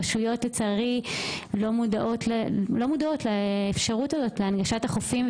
הרשויות לצערי לא מודעות לאפשרות הזאת להנגשת החופים,